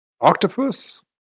Octopus